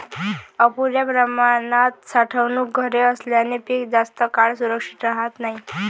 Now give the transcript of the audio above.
अपुर्या प्रमाणात साठवणूक घरे असल्याने पीक जास्त काळ सुरक्षित राहत नाही